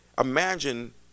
Imagine